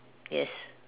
yes